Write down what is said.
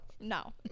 no